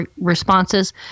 responses